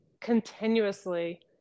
continuously